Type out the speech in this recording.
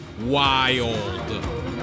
Wild